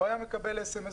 הוא היה מקבל סמ"ס,